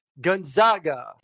gonzaga